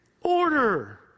order